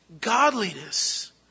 godliness